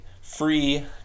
free